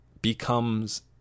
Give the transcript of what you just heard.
Becomes